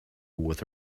with